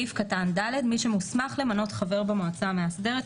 (ד)"מי שמוסמך למנות חבר במועצה המאסדרת,